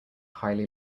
highly